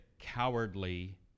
cowardly